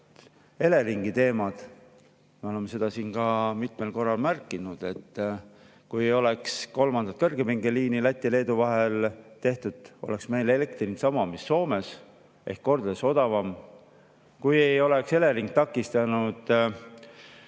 Eleringi teemad. Me oleme siin ka mitmel korral märkinud, et kui ei oleks kolmandat kõrgepingeliini Läti ja Leedu vahel tehtud, oleks meil elektri hind sama, mis Soomes, ehk kordades odavam. Kui ei oleks Elering takistanud